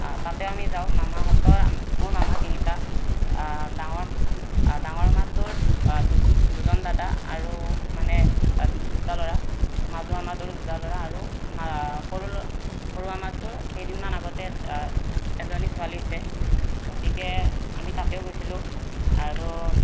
তাতে আমি যাওঁ মামাহঁতৰ মোৰ মামা তিনিটা ডাঙৰ ডাঙৰ মামাটোৰ দুজন দাদা আৰু মানে দুটা ল'ৰা মাজু মামাটোৰ দুটা ল'ৰা আৰু সৰু সৰু মামাটোৰ কেইদিনমান আগতে এজনী ছোৱালী হৈছে গতিকে আমি তাতেও গৈছিলোঁ আৰু